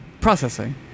processing